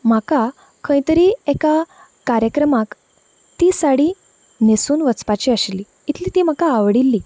म्हाका खंय तरी एका कार्यक्रमाक ती साडी न्हेसून वचपाचें आशिल्लीं इतली ती म्हाका आवडिल्ली